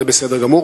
זה בסדר גמור,